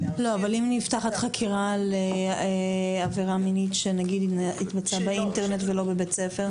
אם נפתחת חקירה על עבירה מינית שהתבצעה באינטרנט ולא בבית ספר?